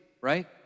right